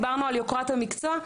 דיברנו על יוקרת המקצוע,